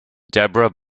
deborah